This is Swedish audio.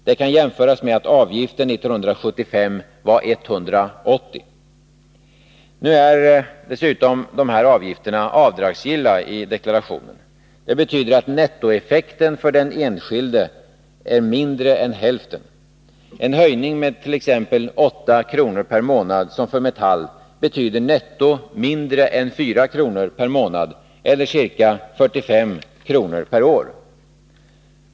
Det kan jämföras med att avgiften 1975 var 180 kr. per år. Nu är emellertid dessa avgifter avdragsgilla i deklarationen. Det betyder att nettoeffekten för den enskilde är mindre än hälften. En höjning medt.ex. 8 kr. per månad, som för Metall, betyder netto mindre än 4 kr. per månad eller ca 45 kr. per år.